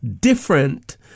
different